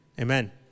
Amen